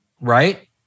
right